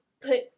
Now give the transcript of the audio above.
put